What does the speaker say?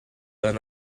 and